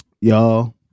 Y'all